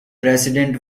president